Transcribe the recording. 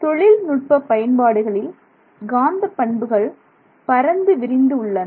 தொழில்நுட்ப பயன்பாடுகளில் காந்தப் பண்புகள் பரந்து விரிந்து உள்ளன